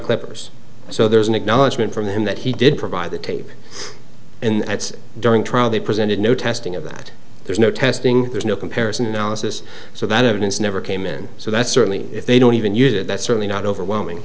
clippers so there's an acknowledgement from him that he did provide the tape and that's during trial they presented no testing of that there's no testing there's no comparison analysis so that evidence never came in so that certainly if they don't even use it that's certainly not overwhelming